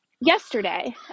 Yesterday